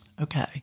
Okay